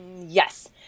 yes